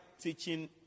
teaching